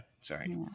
sorry